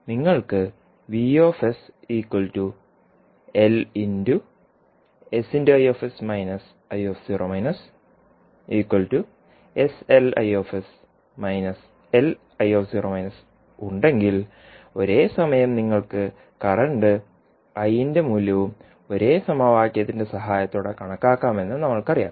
നിങ്ങൾക്ക് ഉണ്ടെങ്കിൽ ഒരേ സമയം നിങ്ങൾക്ക് കറന്റ് I ന്റെ മൂല്യവും ഒരേ സമവാക്യത്തിന്റെ സഹായത്തോടെ കണക്കാക്കാമെന്ന് നമ്മൾക്കറിയാം